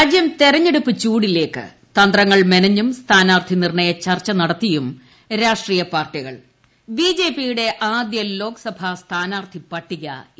രാജ്യം തെരഞ്ഞെടുപ്പ് ചൂടിലേക്ക് തന്ത്രങ്ങൾ മെനഞ്ഞും സ്ഥാനാർത്ഥി നിർണ്ണയ ചർച്ച നടത്തിയും രാഷ്ട്രീയ പാർട്ടികൾ ബിജെപിയുടെ ആദ്യ ലോക്സഭാ സ്ഥാനാർത്ഥി പട്ടിക ഇന്ന് പുറത്തിറക്കും